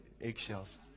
eggshells